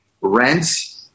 rents